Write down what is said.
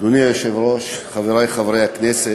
אדוני היושב-ראש, חברי חברי הכנסת,